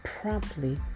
promptly